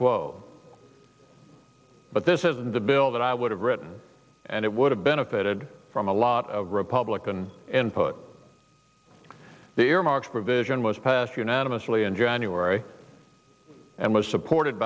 quo but this isn't the bill that i would have written and it would have benefited from a lot of republican input the earmarks provision was passed unanimously in january and was supported